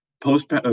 post